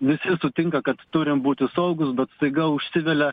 visi sutinka kad turim būti saugūs bet staiga užsivelia